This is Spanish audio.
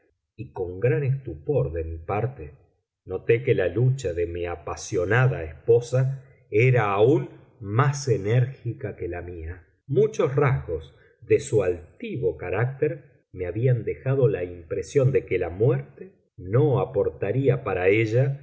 y con gran estupor de mi parte noté que la lucha de mi apasionada esposa era aun más enérgica que la mía muchos rasgos de su altivo carácter me habían dejado la impresión de que la muerte no aportaría para ella